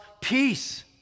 peace